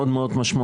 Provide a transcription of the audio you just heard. מאוד מאוד משמעותי.